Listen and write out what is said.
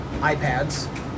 iPads